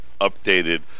updated